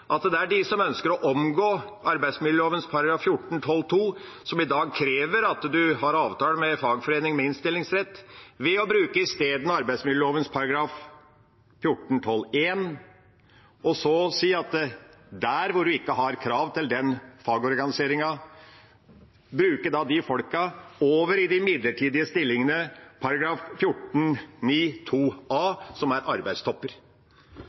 at det er de som ønsker å omgå arbeidsmiljøloven § 14-12 andre ledd, som i dag krever at en har avtale med fagforening med innstillingsrett ved i stedet å bruke arbeidsmiljøloven § 14-12 første ledd, og sier at der en ikke har krav til den fagorganiseringen, bruker en de folkene i midlertidige stillinger, § 14-9 andre ledd bokstav a, i arbeidstopper. Vi var forberedt på den omgåelsen, og det er